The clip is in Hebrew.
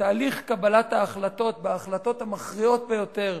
תהליך קבלת ההחלטות, בהחלטות המכריעות ביותר,